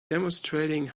demonstrating